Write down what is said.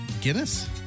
Guinness